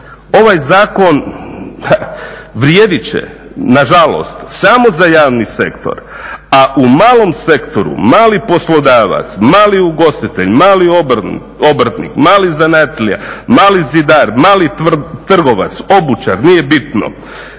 Ovaj zakon vrijedit će, na žalost samo za javni sektor, a u malom sektoru, mali poslodavac, mali ugostitelj, mali obrtnik, mali zanatlija, mali zidar, mali trgovac, obućar nije bitno